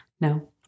no